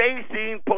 facing